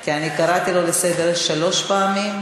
כי קראתי אותו לסדר שלוש פעמים.